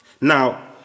Now